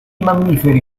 mammiferi